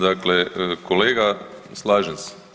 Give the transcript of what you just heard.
Dakle, kolega slažem se.